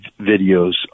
videos